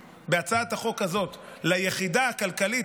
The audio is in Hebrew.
בהצעת החוק הזאת אנחנו מגייסים ליחידה הכלכלית